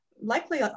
likely